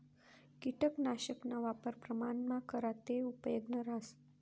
किटकनाशकना वापर प्रमाणमा करा ते उपेगनं रहास